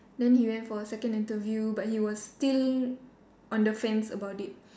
then he went for a second interview but he was still on the fence about it